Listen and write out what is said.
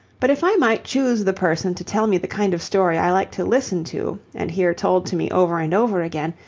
but if i might choose the person to tell me the kind of story i like to listen to, and hear told to me over and over again,